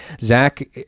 zach